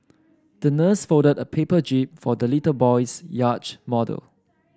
the nurse folded a paper jib for the little boy's yacht model